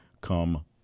come